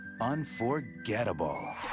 unforgettable